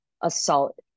assault